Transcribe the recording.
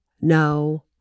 no